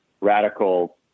radical